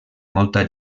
molta